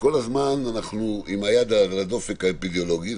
שכל הזמן אנחנו עם היד על הדופק בנושא האפידמיולוגי,